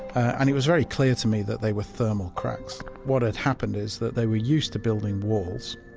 and it was very clear to me that they were thermal cracks. what had happened is that they were used to building walls,